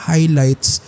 Highlights